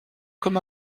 comme